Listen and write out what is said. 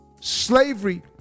Slavery